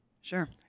Sure